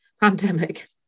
pandemic